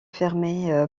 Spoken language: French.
fermer